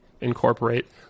incorporate